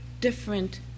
different